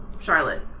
Charlotte